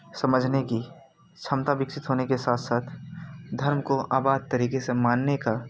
समझने की क्षमता विकसित होने के साथ साथ धर्म को आबाद तरीके से मानने का